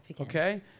okay